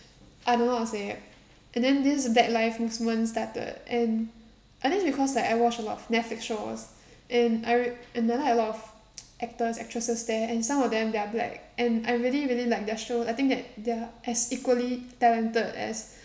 I don't know how to say and then this black lives movement started and I think it's because like I watch a lot of netflix shows and I and then I like a lot of actors actresses there and some of them they are black and I really really like their show I think they're as equally talented as